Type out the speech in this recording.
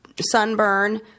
sunburn